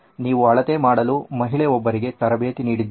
ನೀವು ಅಳತೆ ಮಾಡಲು ಮಹಿಳೆ ಒಬ್ಬರಿಗೆ ತರಬೇತಿ ನೀಡಿದ್ದೀರಿ